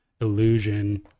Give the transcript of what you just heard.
illusion